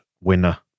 winner